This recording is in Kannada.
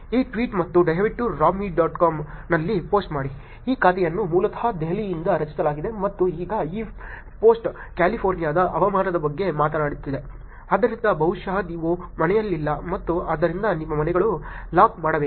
ಈ ಟ್ವೀಟ್ ಮತ್ತು ದಯವಿಟ್ಟು ರಾಬ್ ಮಿ ಡಾಟ್ ಕಾಮ್ನಲ್ಲಿ ಪೋಸ್ಟ್ ಮಾಡಿ ಈ ಖಾತೆಯನ್ನು ಮೂಲತಃ ದೆಹಲಿಯಿಂದ ರಚಿಸಲಾಗಿದೆ ಮತ್ತು ಈಗ ಈ ಪೋಸ್ಟ್ ಕ್ಯಾಲಿಫೋರ್ನಿಯಾದ ಹವಾಮಾನದ ಬಗ್ಗೆ ಮಾತನಾಡುತ್ತಿದೆ ಆದ್ದರಿಂದ ಬಹುಶಃ ನೀವು ಮನೆಯಲ್ಲಿಲ್ಲ ಮತ್ತು ಆದ್ದರಿಂದ ನಿಮ್ಮ ಮನೆಗಳನ್ನು ಲಾಕ್ ಮಾಡಬೇಕು